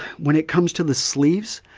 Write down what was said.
when it comes to the sleeves,